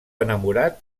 enamorat